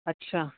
ਅੱਛਾ